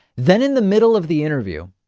then in the middle of the interview,